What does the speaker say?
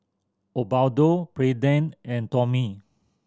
Osbaldo Braeden and Tommy